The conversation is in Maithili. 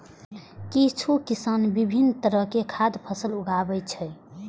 किछु किसान विभिन्न तरहक खाद्य फसल उगाबै छै